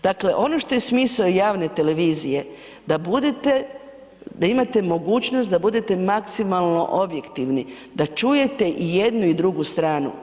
Dakle ono što je smisao javne televizije da imate mogućnost da budete maksimalno objektivni, da čujete i jednu i drugu stranu.